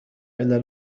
إلى